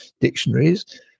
dictionaries